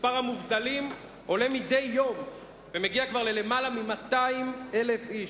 מספר המובטלים עולה מדי יום ומגיע כבר ליותר מ-200,000 איש.